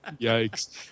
Yikes